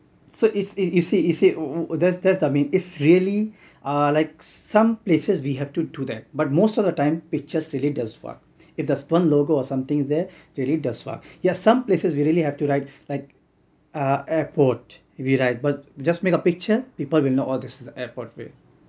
so it's in you see you see oh oh that's I mean it's really uh like some places we have to do that but most of the time pictures really does work if there's one logo or something there it really does work yes some places we really have to write like airport we write but just make a picture people will know oh this is the airport way